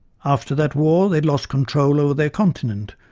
after that war, they had lost control over their continent,